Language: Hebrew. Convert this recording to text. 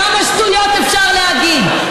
כמה שטויות אפשר להגיד?